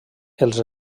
els